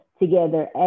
together